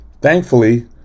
Thankfully